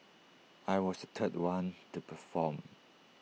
I was the third one to perform